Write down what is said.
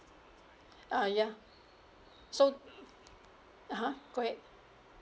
uh ya so (uh uh) go ahead